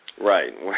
Right